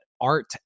art